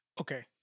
Okay